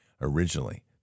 Originally